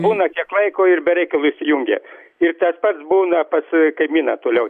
būna kiek laiko ir be reikalo įsijungia ir tas pats būna pas kaimyną toliau